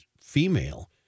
female